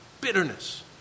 Bitterness